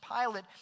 Pilate